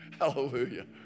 Hallelujah